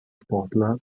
sportler